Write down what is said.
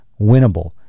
winnable